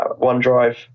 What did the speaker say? OneDrive